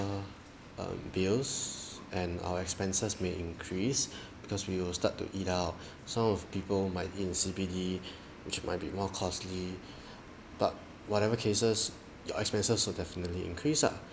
uh um bills and our expenses may increase because we will start to eat out some of people might eat in C_B_D which might be more costly but whatever cases your expenses will definitely increase ah